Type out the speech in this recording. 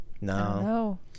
No